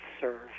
serve